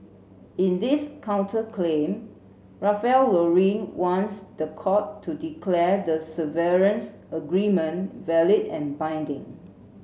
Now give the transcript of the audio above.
in this counterclaim Ralph Lauren wants the court to declare the severance agreement valid and binding